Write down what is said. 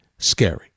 Scary